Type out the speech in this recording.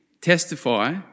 testify